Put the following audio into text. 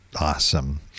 awesome